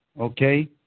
okay